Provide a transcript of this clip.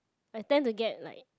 I tend to get like